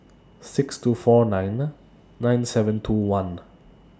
six two four nine nine seven two one